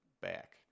back